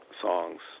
songs